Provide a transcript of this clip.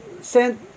sent